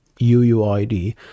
uuid